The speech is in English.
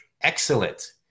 Excellent